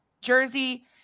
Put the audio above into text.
jersey